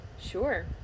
Sure